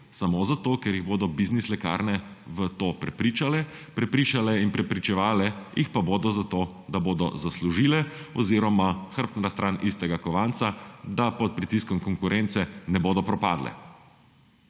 samo zato ker jih bodo biznis lekarne v to prepričale. Prepričale in prepričevale jih pa bodo, zato da bodo zaslužile, oziroma hrbtna stran istega kovanca, da pod pritiskom konkurence ne bodo propadle.